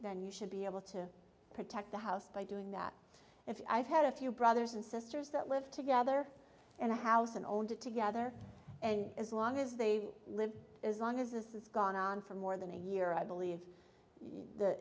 then you should be able to protect the house by doing that if i had a few brothers and sisters that live together in a house and owned it together and as long as they live as long as this is gone on for more than a year i believe that